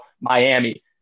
Miami